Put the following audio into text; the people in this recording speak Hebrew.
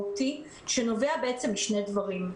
שנובע משני דברים.